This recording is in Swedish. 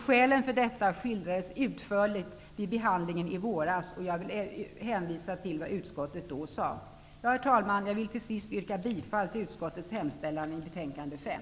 Skälen för detta skildrades utförligt vid behandlingen i våras. Jag vill hänvisa till vad utskottet då sade. Herr talman! Jag vill till sist yrka bifall till utskottets hemställan i betänkande 5.